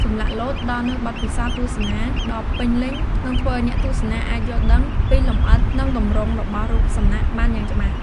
ចម្លាក់លោតផ្ដល់នូវបទពិសោធន៍ទស្សនាដ៏ពេញលេញ និងធ្វើឲ្យអ្នកទស្សនាអាចយល់ដឹងពីលម្អិត និងទម្រង់របស់រូបសំណាកបានយ៉ាងច្បាស់។